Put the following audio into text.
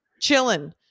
chilling